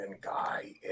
guy